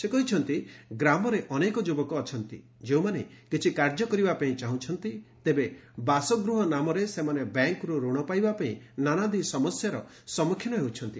ସେ କହିଛନ୍ତି ଗ୍ରାମରେ ଅନେକ ଯୁବକ ଅଛନ୍ତି ଯେଉଁମାନେ କିଛି କାର୍ଯ୍ୟ କରିବା ପାଇଁ ଚାହୁଁଛନ୍ତି ତେବେ ବାସଗୃହ ନାମରେ ସେମାନଙ୍କୁ ବାସଗୃହ ନାମରେ ସେମାନେ ବ୍ୟାଙ୍କରୁ ଋଣ ପାଇବା ପାଇଁ ନାନାଦି ସମସ୍ୟାରେ ସମ୍ମଖୀନ ହେଉଛନ୍ତି